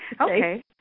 Okay